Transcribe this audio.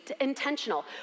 intentional